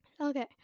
Okay